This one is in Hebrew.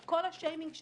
את כל השיימינג שצריך,